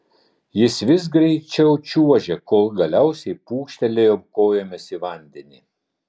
jis vis greičiau čiuožė kol galiausiai pūkštelėjo kojomis į vandenį